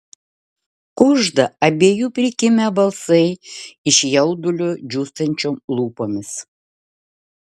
kužda abiejų prikimę balsai iš jaudulio džiūstančiom lūpomis